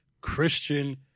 Christian